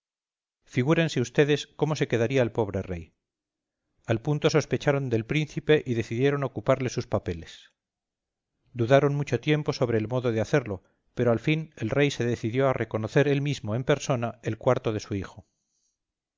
figúrense vds cómo se quedaría el pobre rey al punto sospecharon del príncipe y decidieron ocuparle sus papeles dudaron mucho tiempo sobre el modo de hacerlo pero al fin el rey se decidió a reconocer él mismo en persona el cuarto de su hijo